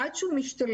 עד שהוא משתלב,